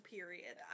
Period